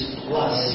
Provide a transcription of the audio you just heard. plus